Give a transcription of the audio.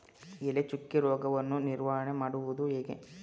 ಎಲೆ ಚುಕ್ಕಿ ರೋಗವನ್ನು ನಿವಾರಣೆ ಮಾಡುವುದು ಹೇಗೆ?